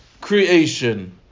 creation